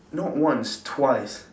not once twice